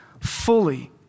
fully